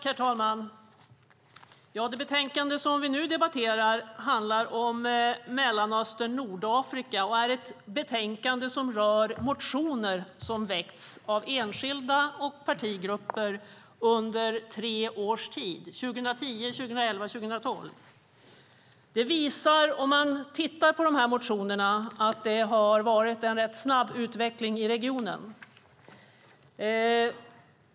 Herr talman! Det betänkande som vi nu debatterar handlar om Mellanöstern och Nordafrika, och det är ett betänkande som rör motioner som väckts av enskilda och partigrupper under tre års tid, 2010, 2011 och 2012. Om man tittar på motionerna ser man att det har varit en rätt snabb utveckling i regionen.